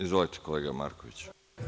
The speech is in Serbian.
Izvolite kolega Markoviću.